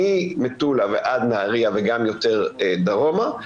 ממטולה ועד נהריה וגם יותר דרומה,